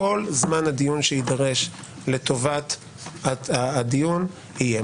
כל זמן הדיון שיידרש לטובת הדיון יהיה.